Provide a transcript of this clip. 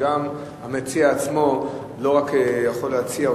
שגם המציע עצמו לא רק יכול להציע,